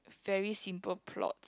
very simple plot